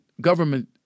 government